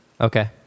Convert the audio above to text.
Okay